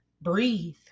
Breathe